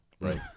Right